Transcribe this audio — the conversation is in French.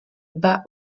bat